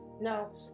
no